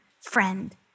friend